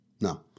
no